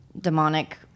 demonic